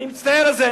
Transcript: אני מצטער על זה,